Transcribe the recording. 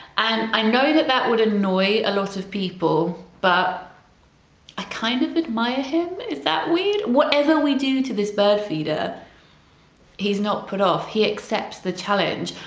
and i know that that would annoy a lot of people but i kind of admired him, is that weed? whatever we do to this bird feeder he's not put off, he accepts the challenge,